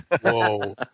whoa